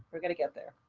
we're gonna get there.